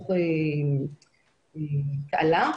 הוא בתוך תעלה.